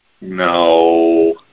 No